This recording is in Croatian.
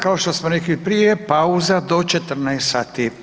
Kao što smo rekli prije, pauza do 14 sati.